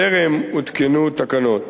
טרם הותקנו תקנות.